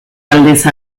aldiz